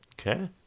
Okay